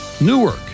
Newark